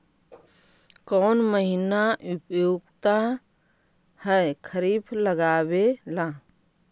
कौन महीना उपयुकत है खरिफ लगावे ला?